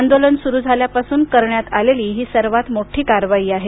आंदोलन स्रू झाल्यापासून करण्यात आलेली ही सर्वांत मोठी कारवाई आहे